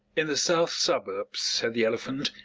in the south suburbs, at the elephant,